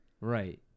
Right